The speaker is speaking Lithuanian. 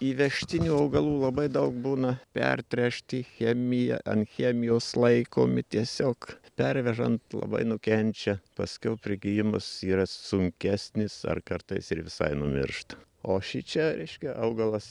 įvežtinių augalų labai daug būna pertręšti chemija alchemijos laikomi tiesiog pervežant labai nukenčia paskiau prigijimas yra sunkesnis ar kartais ir visai numiršta o šičia reiškia augalas